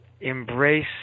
embrace